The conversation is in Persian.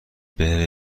بره